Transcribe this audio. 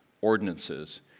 ordinances